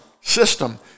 system